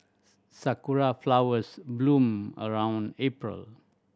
sakura flowers bloom around April